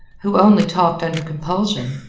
who only talked under compulsion.